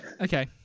Okay